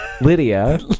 lydia